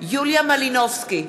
יוליה מלינובסקי,